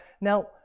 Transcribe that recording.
now